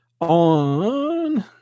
on